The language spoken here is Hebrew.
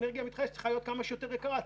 שאנרגיה מתחדשת צריכה להיות כמה שיותר יקרה,